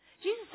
Jesus